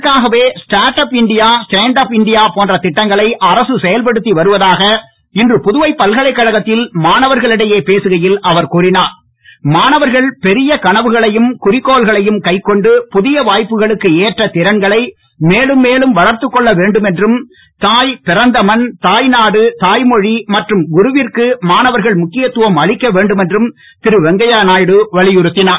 இதற்காகவே start up India stand up India போன்ற திட்டங்களை அரசு செயல்படுத்தி வருவதாக இன்று புதுவை பல்கலைக்கழகத்தில் மாணவர்களிடையே பேசுகையில் அவர் கனவுகளையும் குறிக்கோள்களையும் கைக்கொண்டு புதிய வாய்ப்புகளுக்கு ஏற்ற திறன்களை மேலும் மேலும் வளர்த்துக் கொள்ள வேண்டும் என்றும் தாய் பிறந்த மண் தாய்நாடு தாய்மொழி மற்றும் குருவிற்கு மாணவர்கள் முக்கியத் துவம் அளிக்க வேண்டும் என்றும் திரு வெங்கையநாயுடு வலியுறுத்தினார்